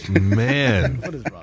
Man